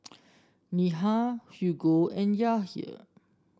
Neha Hugo and Yahir